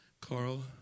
Carl